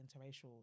interracial